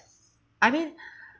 I mean